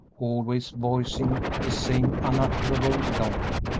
always voicing the same unutterable longing.